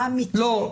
לא.